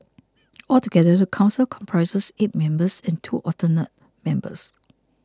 altogether the council comprises eight members and two alternate members